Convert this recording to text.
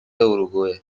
اوروگوئه